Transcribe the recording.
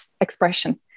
expression